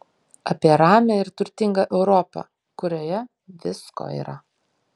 apie ramią ir turtingą europą kurioje visko yra